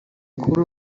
bakuru